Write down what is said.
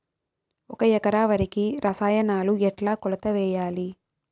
ఒక ఎకరా వరికి రసాయనాలు ఎట్లా కొలత వేయాలి?